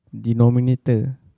Denominator